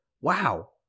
wow